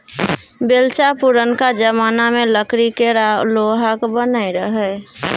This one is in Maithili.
बेलचा पुरनका जमाना मे लकड़ी केर आ लोहाक बनय रहय